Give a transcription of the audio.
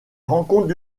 rencontres